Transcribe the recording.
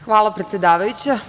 Hvala predsedavajuća.